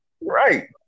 Right